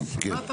לי.